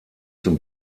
zum